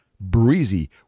breezy